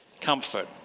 comfort